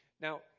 Now